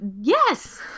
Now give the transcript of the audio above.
Yes